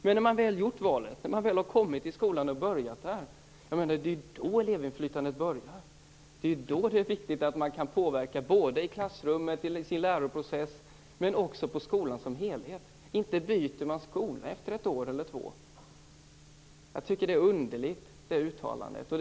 Men när man väl gjort valet, när man väl har kommit till skolan och börjat där, det är ju då elevinflytandet börjar. Det är då det är viktigt att man kan påverka både i klassrummet, i sin läroprocess, och på skolan som helhet. Inte byter man skola efter ett år eller två. Jag tycker att det uttalandet är underligt.